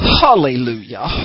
Hallelujah